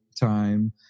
time